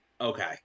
okay